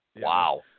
Wow